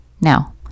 Now